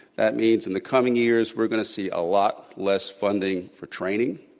that means in the coming years, we're going to see a lot less funding for training,